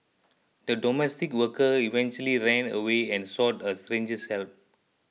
the domestic worker eventually ran away and sought a stranger's help